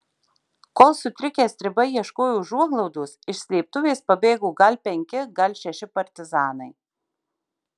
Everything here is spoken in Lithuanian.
kol sutrikę stribai ieškojo užuoglaudos iš slėptuvės pabėgo gal penki gal šeši partizanai